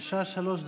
בבקשה, שלוש דקות.